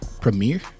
premiere